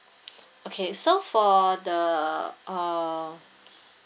okay so for the uh